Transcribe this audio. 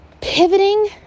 Pivoting